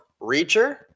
Reacher